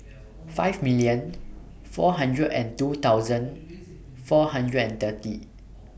five million four hundred and two thousand four hundred and thirty